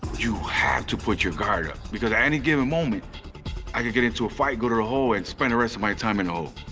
you have to put your guard up because at any given moment i could get into a fight, go to the hole, and spend the rest of my time in the hole.